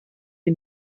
wie